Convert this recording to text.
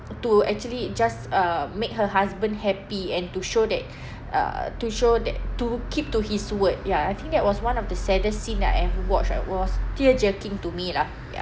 to actually just uh make her husband happy and to show that uh to show that to keep to his word ya I think that was one of the saddest scene that I've ever watch it was tear jerking to me lah ya